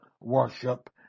worship